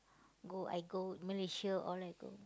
go I go Malaysia all I go